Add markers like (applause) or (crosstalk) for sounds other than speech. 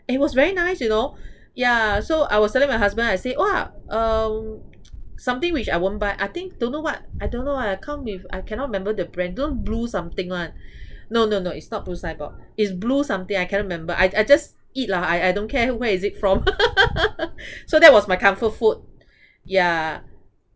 it was very nice you know ya so I was telling my husband I say !wah! um something which I won't buy I think don't know what I don't know eh I can't with I cannot remember the brand don't know blue something [one] no no no it's not blue signboard it's blue something I cannot remember I I just eat lah I I don't care where is it from (laughs) so that was my comfort food ya